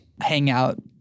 hangout